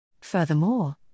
Furthermore